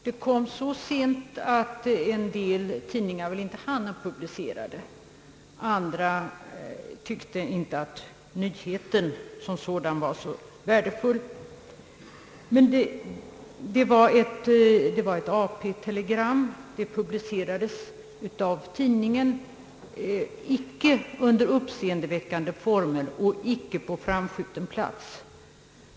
Det anlände så sent att en del tidningar inte hann publicera det; andra tyckte inte att nyheten som sådan var värdefull. Det var ett AP-telegram, och det publicerades av tidningen i fråga icke under uppseendeväckande former och icke på framskjuten plats.